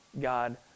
God